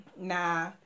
nah